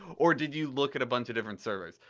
or did you look at a bunch of different servers.